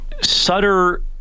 Sutter